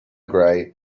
grey